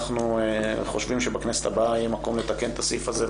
אנחנו חושבים שבכנסת הבאה יהיה מקום לתקן את הסעיף הזה,